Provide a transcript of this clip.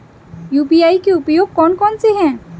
UPI के उपयोग कौन कौन से हैं?